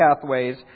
pathways